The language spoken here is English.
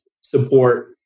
support